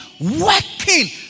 working